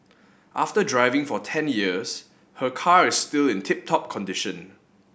after driving for ten years her car is still in tip top condition